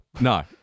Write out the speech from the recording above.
No